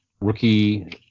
rookie